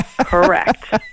Correct